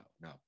No